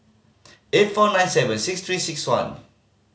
eight four nine seven six Three Six One